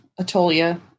Atolia